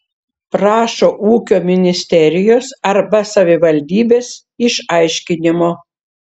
prašo ūkio ministerijos arba savivaldybės išaiškinimo